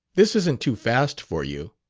this isn't too fast for you?